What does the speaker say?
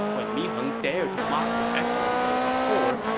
when mi heng dared to mock your excellency before,